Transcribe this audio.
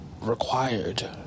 required